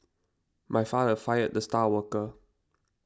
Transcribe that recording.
my father fired the star worker